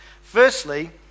Firstly